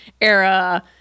era